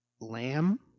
Lamb